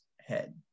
head